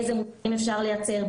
איזה מוצרים אפשר לייצר,